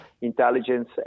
intelligence